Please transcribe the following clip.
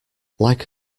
like